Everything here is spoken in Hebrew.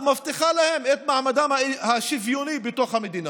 מבטיחה להם את מעמדם השוויוני בתוך המדינה,